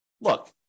look